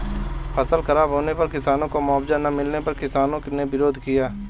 फसल खराब होने पर किसानों को मुआवजा ना मिलने पर किसानों ने विरोध किया